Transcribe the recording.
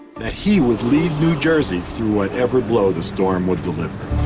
that he would lead new jersey through whatever blow the storm would deliver.